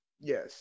yes